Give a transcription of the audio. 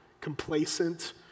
complacent